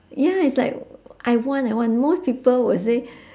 ya it's like I want I want most people would say